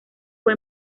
fue